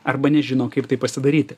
arba nežino kaip tai pasidaryti